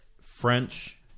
French